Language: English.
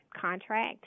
contract